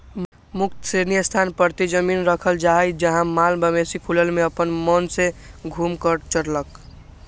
मुक्त श्रेणी स्थान परती जमिन रखल जाइ छइ जहा माल मवेशि खुलल में अप्पन मोन से घुम कऽ चरलक